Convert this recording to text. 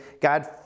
God